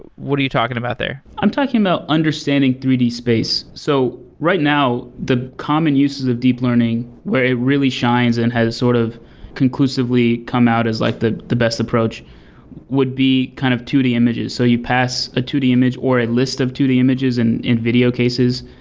what are you talking about there? i'm talking about understanding three d space. so right now the common uses of deep learning where it really shines and has sort of conclusively come out is like the the best approach would be kind of two d images. so you pass a two d image or a list of two d images and and video cases,